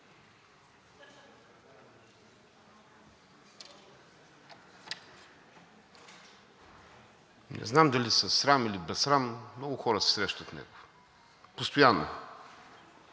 Не знам дали със срам, или без срам, но много хора се срещат с него постоянно.